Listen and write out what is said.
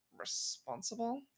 responsible